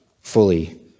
fully